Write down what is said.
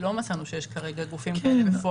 לא מצאנו שיש כרגע גופים כאלה.